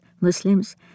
Muslims